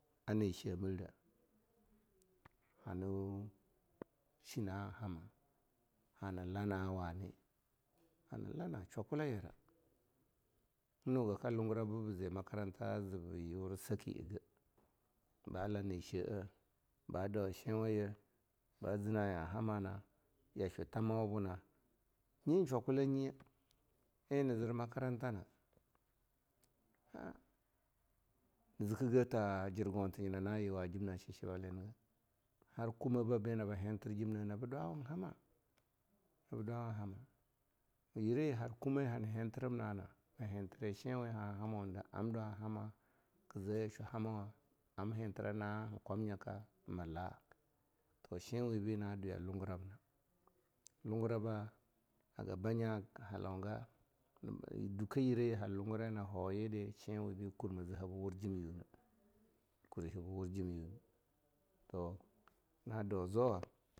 Ane shemiddeh hanu shi na'ah hama, hana lana'a wani, hana lana shwakula yira. Nuga ka lungurib bize makaranta zibi yura saki egeh, ba lah ne she'eh, ba dau shinwa ye, baze nu'en han hama na, yashwu thamawa buna. Nyin shwakula nyi en na zir makaranta na, ha na zike ge ta jirgonta nyina nayuwa jimna chichi baliniga, har kumebeh bi naba hintir jimna naba dwawun haina, naba dwawun haina. Yire yi har kumeh hama hintirim nana ma hintiri shinwe han han hamo nida amdwan hama, kize yashwu hamawa, am hintira na'a kwan nyaka milah Toh shinwe bi na dwiya lungurub na, lunguruba haga banyi halau ga, dukeh yire yi har lunguraii na ho yidi shinwibi kurme zehab bi wur jimyineh, kurihah biwur jimyineh. To na dau zwana.